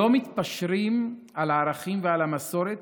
לא מתפשרים על הערכים ועל המסורת,